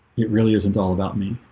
it really isn't all about me